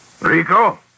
Rico